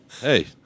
hey